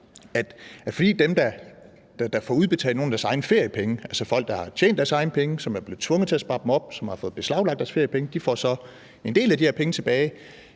arbejdsmarkedet. Der synes logikken at være, at fordi folk, der har tjent deres egne penge, og som er blevet tvunget til at spare dem op, og som har fået beslaglagt deres feriepenge, får en del af de her penge tilbage,